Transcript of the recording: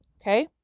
Okay